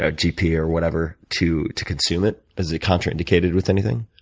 ah gp or whatever to to consume it? is it contraindicated with anything?